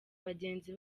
bagenzi